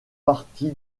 partie